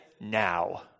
now